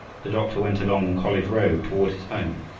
the doctor went along college road toward his home,